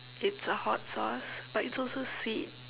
it's a hot sauce but it's also sweet